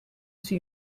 sie